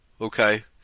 okay